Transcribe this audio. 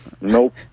Nope